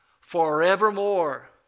Forevermore